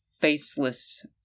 faceless